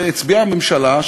הצביעה הממשלה,